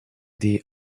they